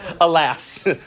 Alas